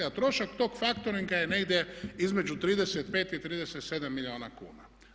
A trošak tog faktoringa je negdje između 35 i 37 milijuna kuna.